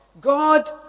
God